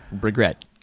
regret